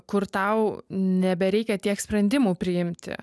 kur tau nebereikia tiek sprendimų priimti